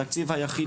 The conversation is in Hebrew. התקציב היחיד